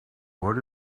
what